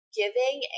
giving